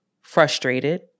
frustrated